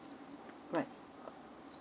right